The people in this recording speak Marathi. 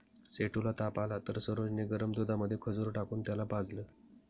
सेठू ला ताप आला तर सरोज ने गरम दुधामध्ये खजूर टाकून त्याला पाजलं